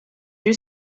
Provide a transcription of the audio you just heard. drew